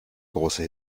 große